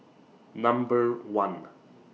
Number one